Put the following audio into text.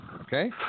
Okay